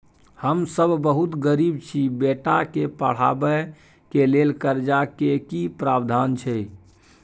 हम सब बहुत गरीब छी, बेटा के पढाबै के लेल कर्जा के की प्रावधान छै?